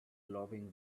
loving